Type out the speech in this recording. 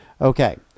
Okay